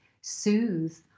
soothe